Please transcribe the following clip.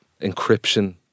Encryption